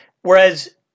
Whereas